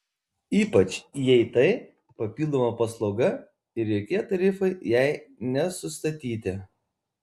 ypač jei tai papildoma paslauga ir jokie tarifai jai nesustatyti